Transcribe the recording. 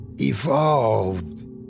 Evolved